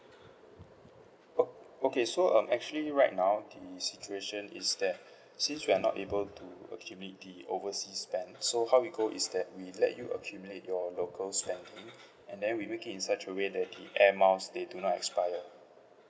O okay so um actually right now the situation is that since we are not able to accumulate the overseas spend so how we go is that we let you accumulate your local spending and then we make it in such a way that the air miles they do not expire